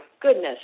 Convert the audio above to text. goodness